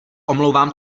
omlouvám